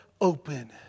open